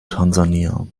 tansania